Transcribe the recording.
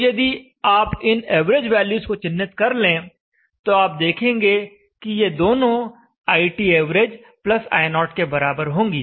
तो यदि आप इन एवरेज वैल्यूज को चिह्नित कर लें तो आप देखेंगे कि ये दोनों iTav i0 के बराबर होंगी